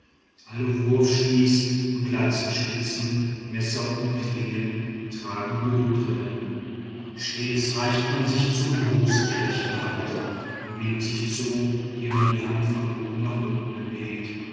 alle wurfspieß und lanzenspitzen messer und klingen tragen blutrinnen stets reicht man sich zum gruß die rechte hand man winkt sich zu indem man die hand von oben nach unten bewegt